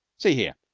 see here.